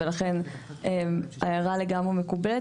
ולכן ההערה לגמרי מקובלת.